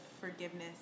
forgiveness